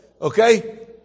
Okay